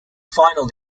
final